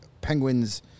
Penguins